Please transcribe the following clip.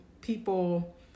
people